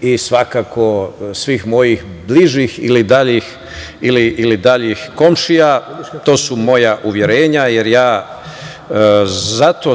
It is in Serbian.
i svakako svih mojih bližih ili daljih komšija. To su moja uverenja, jer ja sam zato,